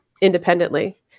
independently